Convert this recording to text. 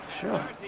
sure